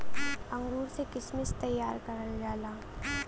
अंगूर से किशमिश तइयार करल जाला